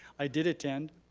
i did attend.